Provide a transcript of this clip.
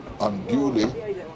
unduly